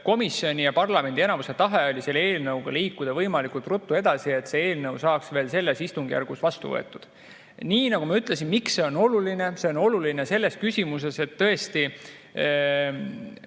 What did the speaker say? komisjoni ja parlamendi enamuse tahe oli selle eelnõuga liikuda võimalikult ruttu edasi, et see eelnõu saaks veel selle istungjärgu ajal vastu võetud. Nii nagu ma ütlesin, miks see on oluline: see on oluline selle tõttu, et tõesti